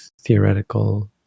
theoretical